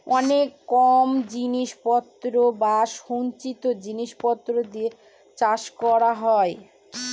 অনেক কম জিনিস পত্র বা সঞ্চিত জিনিস পত্র দিয়ে চাষ করা হয়